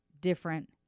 different